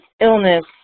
illness